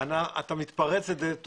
אתה מתפרץ לדלת פתוחה.